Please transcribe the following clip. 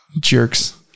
Jerks